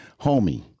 homie